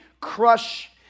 crush